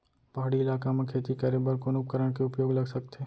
पहाड़ी इलाका म खेती करें बर कोन उपकरण के उपयोग ल सकथे?